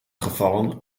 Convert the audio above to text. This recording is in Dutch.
gevallen